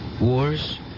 Wars